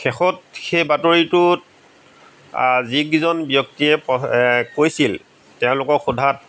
শেষত সেই বাতৰিটোত যিকেইজন ব্যক্তিয়ে কৈছিল তেওঁলোকক সোধাত